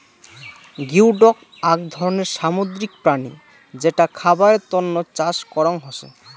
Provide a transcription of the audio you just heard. geoduck আক ধরণের সামুদ্রিক প্রাণী যেটা খাবারের তন্ন চাষ করং হসে